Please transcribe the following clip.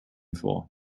for